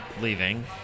leaving